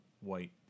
white